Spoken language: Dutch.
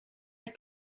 het